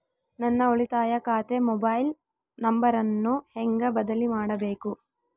ನನ್ನ ಉಳಿತಾಯ ಖಾತೆ ಮೊಬೈಲ್ ನಂಬರನ್ನು ಹೆಂಗ ಬದಲಿ ಮಾಡಬೇಕು?